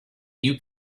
new